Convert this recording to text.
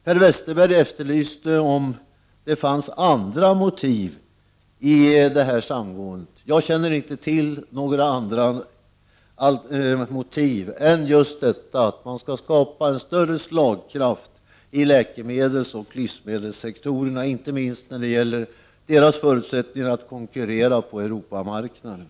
Per Westerberg efterlyste andra motiv för detta samgående. Jag känner inte till några andra motiv än just detta att man skall skapa större slagkraft i läkemedelsoch livsmedelssektorerna, inte minst när det gäller deras förut — Prot. 1989/90:45 sättningar att konkurrera på Europamarknaden.